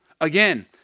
Again